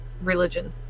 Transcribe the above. religion